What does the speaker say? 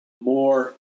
more